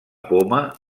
poma